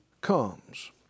comes